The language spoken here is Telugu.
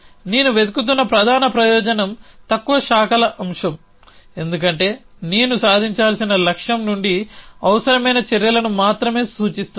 నేను వెతుకుతున్న ప్రధాన ప్రయోజనం తక్కువ శాఖల అంశం ఎందుకంటే నేను సాధించాల్సిన లక్ష్యం నుండి అవసరమైన చర్యలను మాత్రమే చూస్తున్నాను